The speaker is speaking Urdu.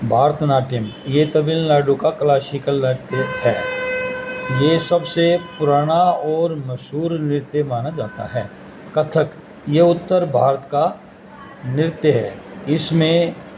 بھرت نٹیم یہ تمل ناڈو کا کلاسیکل نرتیہ ہے یہ سب سے پرانا اور مشہور نرتیہ مانا جاتا ہے کتھک یہ اتر بھارت کا نرتیہ ہے اس میں